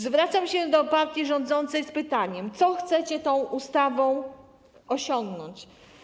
Zwracam się do partii rządzącej z pytaniem: Co chcecie tą ustawą osiągnąć?